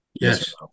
yes